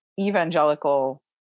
evangelical